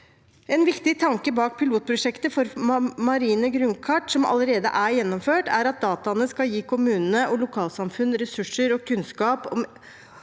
En viktig tanke bak pilotprosjektet for marine grunnkart som allerede er gjennomført, er at dataene skal gi kommunene og lokalsamfunn ressurser og kunnskap om